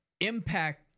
impact